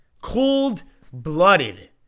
cold-blooded